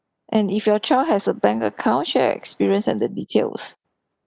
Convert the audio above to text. and if your child has a bank account share your experience and the details